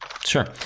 Sure